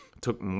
took